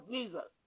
Jesus